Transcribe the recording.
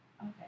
Okay